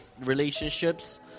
relationships